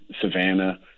Savannah